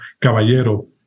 Caballero